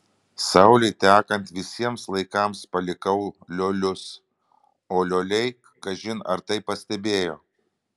saulei tekant visiems laikams palikau liolius o lioliai kažin ar tai pastebėjo